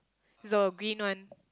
the green one